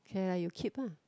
okay lah you keep lah